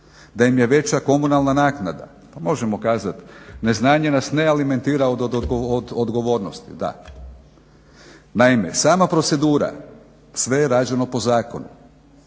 da im je veća komunalna naknada? Pa možemo kazati neznanje nas ne alimentira od odgovornosti. Naime, sama procedura, sve je rađeno po zakonu